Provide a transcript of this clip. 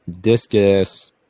discus